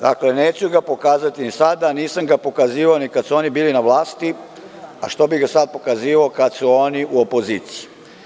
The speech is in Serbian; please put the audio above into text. Dakle, neću ga pokazati ni sada, nisam ga pokazivao ni kada su oni bili vlasti, a što bi ga sada pokazivao kada su oni u opoziciji.